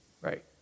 Right